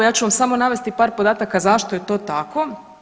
Ja ću vam samo navesti par podataka zašto je to tako.